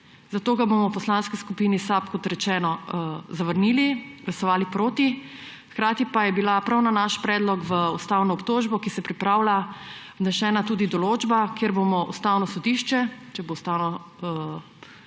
Zato ga bomo v Poslanski skupini SAB, kot rečeno, zavrnili, glasovali bomo proti, hkrati pa je bila prav na naš predlog v ustavno obtožbo, ki se pripravlja, vnesena tudi določba, kjer bomo Ustavno sodišče, če bo ustavna